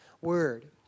word